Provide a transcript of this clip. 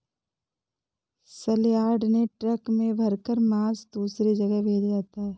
सलयार्ड से ट्रक में भरकर मांस दूसरे जगह भेजा जाता है